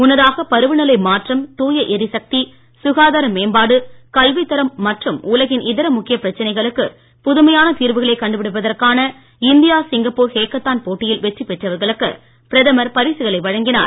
முன்னதாக பருவநிலை மாற்றம் தாய எரிசக்தி சுகாதார மேம்பாடு கல்வித் தரம் மற்றும் உலகின் இதர முக்கிய பிரச்சனைகளுக்கு புதுமையான தீர்வுகளை கண்டுபிடிப்பதற்கான இந்தியா சிங்கப்பூர் ஹேக்கத்தான் போட்டியில் வெற்றிப் பெற்றவர்களுக்கு பிரதமர் பரிசுகளை வழங்கினார்